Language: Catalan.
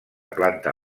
planta